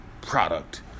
product